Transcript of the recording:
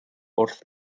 wrth